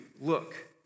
look